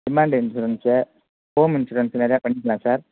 demand insurance home insurance நிறையா பண்ணிக்கலாம் sir